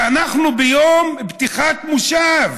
אנחנו ביום פתיחת מושב